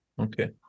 Okay